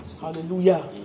Hallelujah